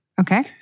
Okay